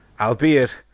albeit